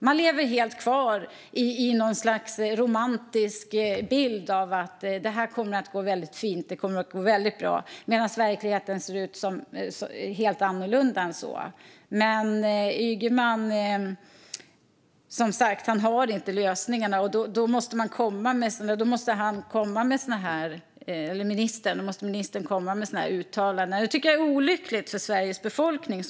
Man lever helt kvar i något slags romantisk bild av att det här kommer att gå väldigt fint och bra, medan verkligheten ser helt annorlunda ut än så. Men Ygeman har som sagt inte lösningarna. Då måste ministern komma med sådana här uttalanden. Det tycker jag är olyckligt för Sveriges befolkning.